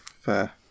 Fair